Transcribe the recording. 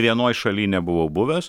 vienoj šaly nebuvau buvęs